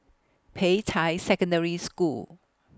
Peicai Secondary School